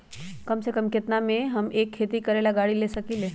कम से कम केतना में हम एक खेती करेला गाड़ी ले सकींले?